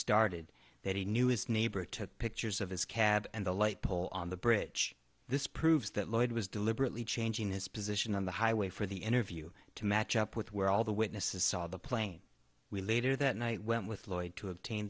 started that he knew his neighbor took pictures of his cab and the light pole on the bridge this proves that lloyd was deliberately changing his position on the highway for the interview to match up with where all the witnesses saw the plane we later that night went with lloyd to obtain